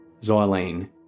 xylene